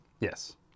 Yes